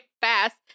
fast